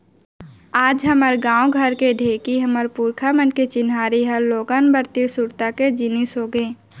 आज हमर गॉंव घर के ढेंकी हमर पुरखा मन के चिन्हारी हर लोगन मन तीर सुरता के जिनिस होगे